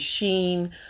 machine